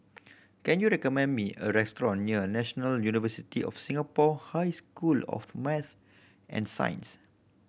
can you recommend me a restaurant near National University of Singapore High School of Math and Science